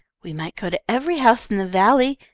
we might go to every house in the valley,